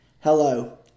hello